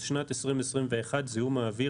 אז בשנת 2021 זיהום האוויר,